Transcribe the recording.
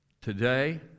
today